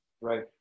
Right